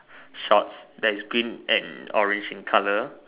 shorts that is green and orange in color